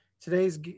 Today's